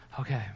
okay